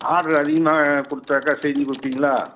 order அதிகமாக கொடுத்தாக்கா செஞ்சுக் கொடுப்பீங்களா